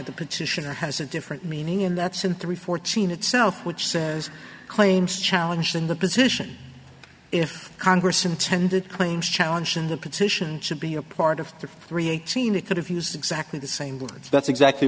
the petitioner has a different meaning in that same three fourteen itself which says claims challenge in the position if congress intended claims challenging the petition should be a part of the three eighteen it could have used exactly the same words that's exactly